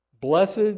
Blessed